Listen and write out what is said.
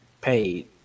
paid